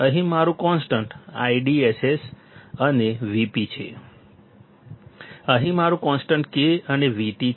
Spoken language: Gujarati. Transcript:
અહીં મારું કોન્સ્ટન્ટ IDSS અને Vp છે અહીં મારું કોન્સ્ટન્ટ K અને VT છે